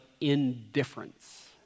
indifference